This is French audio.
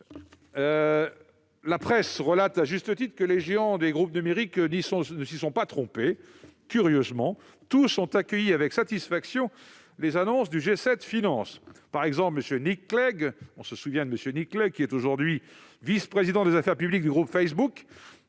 La presse rapporte à juste titre que les géants des groupes numériques ne s'y sont pas trompés : curieusement, tous ont accueilli avec satisfaction les annonces du G7 Finances. Par exemple, M. Nick Clegg, dont chacun se souvient qu'il est aujourd'hui vice-président des affaires publiques du groupe Facebook,